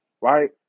right